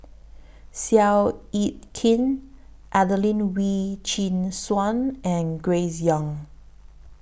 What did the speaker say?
Seow Yit Kin Adelene Wee Chin Suan and Grace Young